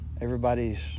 everybody's